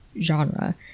genre